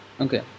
Okay